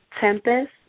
Tempest